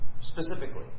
specifically